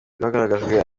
bagaragarijwe